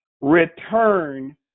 return